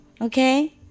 Okay